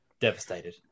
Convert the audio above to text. Devastated